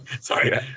sorry